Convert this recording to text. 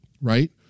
right